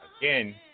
Again